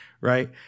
right